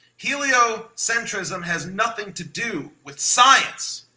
heliocentrism has nothing to do with science!